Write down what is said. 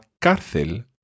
Cárcel